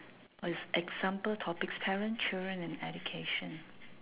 oh is example topics parent children and education